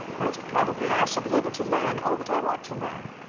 most probably i shall be able to learn all that i want to learn.